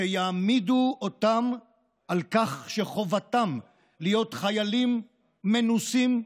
שיעמידו אותם על כך שחובתם להיות חיילים מנוסים,